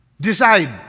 decide